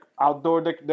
Outdoor